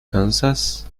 kansas